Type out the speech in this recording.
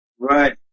Right